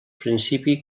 principi